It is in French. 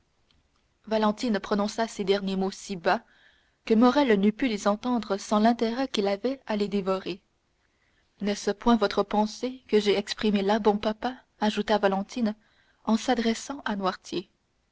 valentine prononça ces derniers mots si bas que morrel n'eût pu les entendre sans l'intérêt qu'il avait à les dévorer n'est-ce point votre pensée que j'ai exprimée là bon papa ajouta valentine en s'adressant à